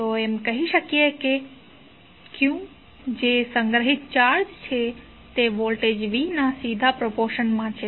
તો એમ કહી શકીએ કે q કે જે સંગ્રહિત ચાર્જ છે તે વોલ્ટેજ V ના સીધા પ્રપોર્શન માં છે